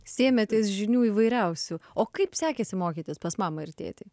sėmėtės žinių įvairiausių o kaip sekėsi mokytis pas mamą ir tėtį